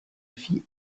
fit